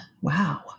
wow